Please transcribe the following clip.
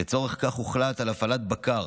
לצורך כך הוחלט על הפעלת בקר,